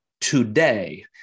today